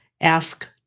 ask